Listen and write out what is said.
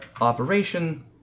operation